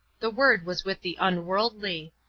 the word was with the unworldly.